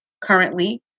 currently